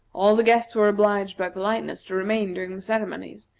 all the guests were obliged by politeness to remain during the ceremonies,